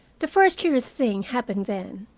the first curious thing happened then.